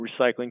recycling